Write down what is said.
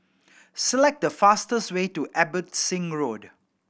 select the fastest way to Abbotsingh Road